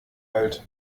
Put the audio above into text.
alt